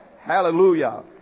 Hallelujah